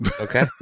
Okay